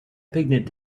picnic